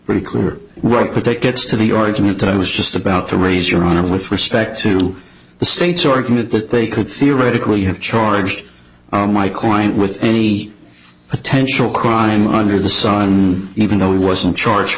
very clear what but that gets to the argument i was just about to raise your honor with respect to the state's argument that they could theoretically have charged my client with any potential crime under the sun even though he wasn't charged